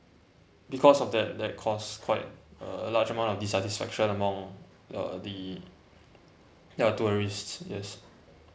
because of that that cost quite a large amount of dissatisfaction among uh the ya tourists yes